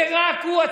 ברוך השם, ברוך השם.